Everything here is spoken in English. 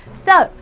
so!